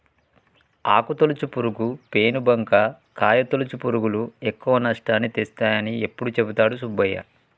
ఆకు తొలుచు పురుగు, పేను బంక, కాయ తొలుచు పురుగులు ఎక్కువ నష్టాన్ని తెస్తాయని ఎప్పుడు చెపుతాడు సుబ్బయ్య